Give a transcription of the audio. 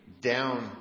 down